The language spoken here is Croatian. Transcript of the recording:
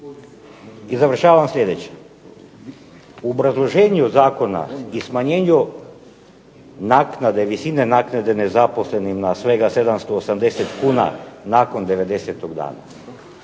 I završavam sljedeće. U obrazloženju zakona i smanjenju naknade, visine naknade nezaposlenim na svega 780 kn nakon 90 dana.